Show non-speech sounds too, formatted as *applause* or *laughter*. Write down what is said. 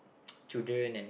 *noise* children and